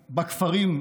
בכפרים,